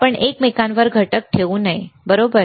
आपण एकमेकांवर घटक ठेवू नये बरोबर